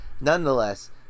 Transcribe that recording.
nonetheless